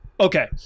Okay